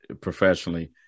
professionally